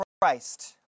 Christ